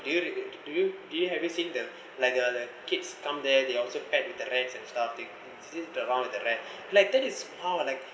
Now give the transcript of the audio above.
do you do you do you have you seen them like the kids come there they also pet with the rat and sitting around with the rat that is how like